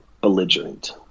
belligerent